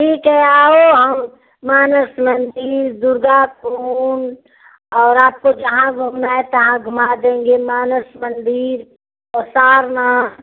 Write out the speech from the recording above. ठीक है आओ हम मानस मंदिर दुर्गा कुंड और आपको जहाँ घूमना है वहाँ घूमा देंगे मानस मंदिर सारनाथ